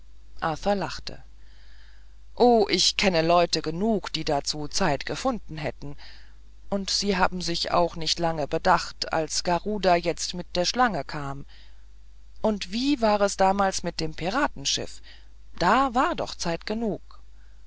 lachte o ich kenne leute genug die dazu zeit gefunden hätten und sie haben sich auch nicht lange bedacht als garuda jetzt mit der schlange kam und wie war es damals mit dem piratenschiff da war doch zeit genug